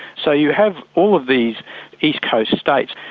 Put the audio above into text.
so you have all of these east coast states,